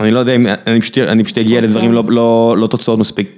אני לא יודע, אני פשוט אגיע לדברים לא תוצאות מספיק.